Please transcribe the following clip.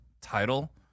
title